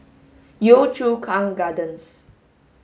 Yio Chu Kang Gardens